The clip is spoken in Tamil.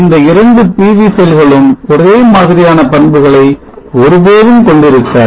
இந்த 2 PV செல்களும் ஒரே மாதிரியான பண்புகளை ஒருபோதும் கொண்டிருக்காது